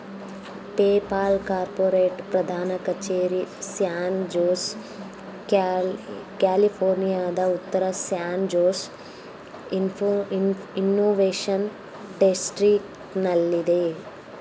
PayPal corporate ಪ್ರಧಾನ ಕಚೇರಿ San Jose, ಕ್ಯಾಲಿಫೋರ್ನಿಯಾದ ಉತ್ತರ ಸ್ಯಾನ್ ಜೋಸ್ ಇನ್ನೋವೇಶನ್ ಡಿಸ್ಟ್ರಿಕ್ಟನಲ್ಲಿದೆ